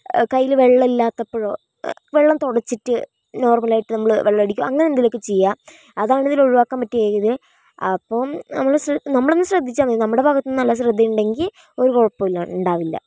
കൈയ്യില് വെള്ളം ഇല്ലാത്തപ്പോഴോ വെള്ളം തുടച്ചിട്ട് നോർമലായിട്ട് നമ്മള് വെള്ളമടിക്കുക അങ്ങനെയെന്തെങ്കിലുമക്കെ ചെയ്യാം അതാണിതിൽ ഒഴിവാക്കാൻ പറ്റിയ രീതി അപ്പോം നമ്മള് നമ്മളൊന്ന് ശ്രദ്ധിച്ചാൽ മതി നമ്മുടെ ഭാഗത്തുനിന്ന് നല്ല ശ്രദ്ധയുണ്ടെങ്കിൽ ഒരു കുഴപ്പവുമില്ല ഉണ്ടാവില്ല